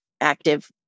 active